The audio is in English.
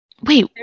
wait